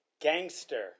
gangster